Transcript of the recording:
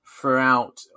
throughout